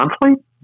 monthly